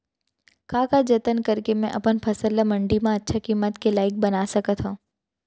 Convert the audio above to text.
का का जतन करके मैं अपन फसल ला मण्डी मा अच्छा किम्मत के लाइक बना सकत हव?